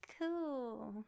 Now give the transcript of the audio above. cool